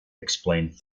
explained